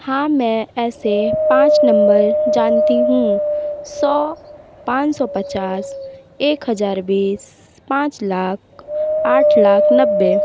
हाँ मैं ऐसे पाँच नंबर जानती हूँ सौ पाँच सौ पचास एक हजार बीस पाँच लाख आठ लाख नब्बे